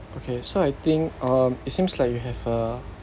okay so I think um it seems like you have a